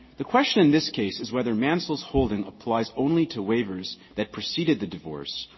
the question in this case is whether mansell's holding applies only to waivers that preceded the divorce,